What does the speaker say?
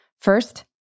First